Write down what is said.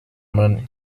money